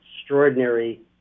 extraordinary